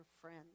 friends